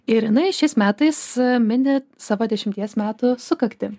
ir jinai šiais metais mini savo dešimties metų sukaktį